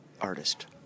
artist